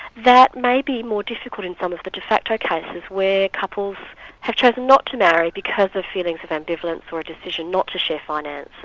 that may be more difficult in some of the de facto cases where couples have chosen not to marry because of feelings of ambivalence or a decision not to share finances.